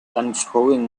unscrewing